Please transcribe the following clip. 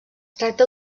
tracta